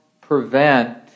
prevent